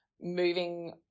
moving